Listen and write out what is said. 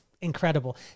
incredible